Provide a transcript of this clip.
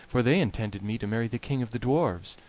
for they intended me to marry the king of the dwarfs,